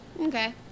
Okay